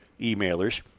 Emailers